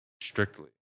strictly